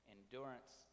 Endurance